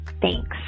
Thanks